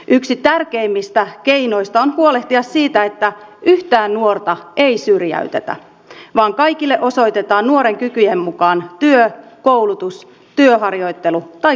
yksi tärkeimmistä keinoista on huolehtia siitä että yhtään nuorta ei syrjäytetä vaan kaikille osoitetaan nuoren kykyjen mukaan työ koulutus työharjoittelu tai kuntoutuspaikka